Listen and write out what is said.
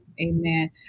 Amen